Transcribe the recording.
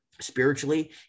Spiritually